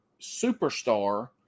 superstar